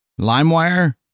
LimeWire